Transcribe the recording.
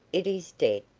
it is dead.